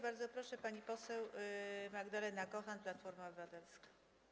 Bardzo proszę, pani poseł Magdalena Kochan, Platforma Obywatelska.